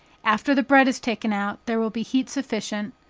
after the bread is taken out, there will be heat sufficient,